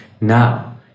Now